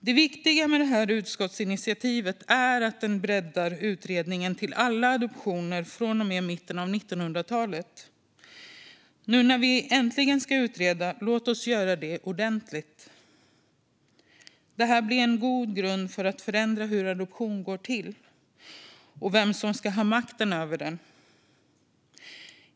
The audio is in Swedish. Det viktiga med det här utskottsinitiativet är att det breddar utredningen till alla adoptioner från och med mitten av 1900-talet. Nu när vi äntligen ska utreda, låt oss göra det ordentligt! Det här blir en god grund för att förändra hur adoptioner går till och vem som ska ha makten över dem.